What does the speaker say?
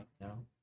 No